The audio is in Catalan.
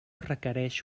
requereix